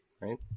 Right